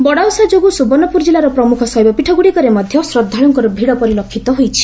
ବଡ଼ଓଷାଯୋଗୁଁ ସୁବର୍ଷପୁର କିଲ୍ଲାର ପ୍ରମୁଖ ଶୈବପୀଠଗୁଡ଼ିକରେ ମଧ୍ଧ ଶ୍ରଦ୍ଧାଳୁଙ୍କୁ ଭିଡ଼ ପରିଲକ୍ଷିତ ହୋଇଛି